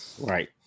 Right